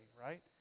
right